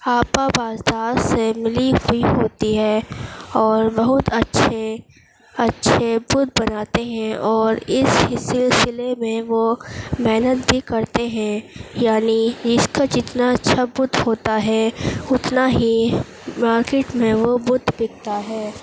ہاپا بازدار سے ملی ہوئی ہوتی ہے اور بہت اچھے اچھے بت بناتے ہیں اور اس سلسلے میں وہ محنت بھی کرتے ہیں یعنی جس کا جتنا اچھا بت ہوتا ہے اتنا ہی مارکیٹ میں وہ بت بکتا ہے